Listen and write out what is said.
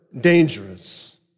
dangerous